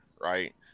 right